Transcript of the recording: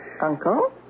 Uncle